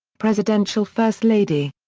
presidential first lady.